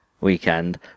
weekend